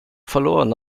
verloren